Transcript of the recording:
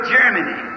Germany